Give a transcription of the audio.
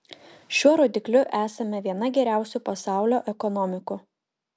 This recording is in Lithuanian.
šiuo rodikliu esame viena geriausių pasaulio ekonomikų